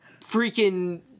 freaking